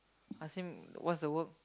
ask him what's the work